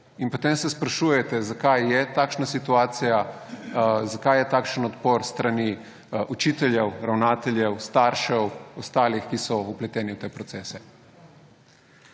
In potem se sprašujete, zakaj je takšna situacija, zakaj je takšen odpor s strani učiteljev, ravnateljev, staršev, ostalih, ki so vpleteni v te procese.